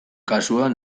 kasuan